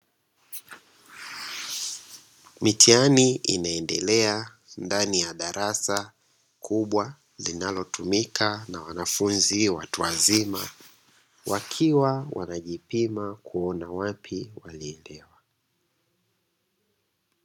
Mitihani inaendelea ndani ya darasa kubwa linalotumika na wanafunzi watu wazima wakiwa wanajipima kuona wapi walielewa.